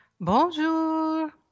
Bonjour